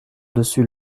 dessus